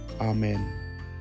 Amen